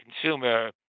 consumer